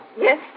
Yes